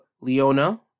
Leona